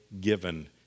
given